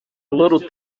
little